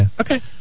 Okay